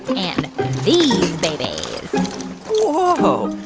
and these babies whoa.